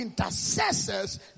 intercessors